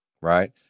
right